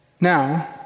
Now